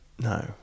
No